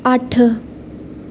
अट्ठ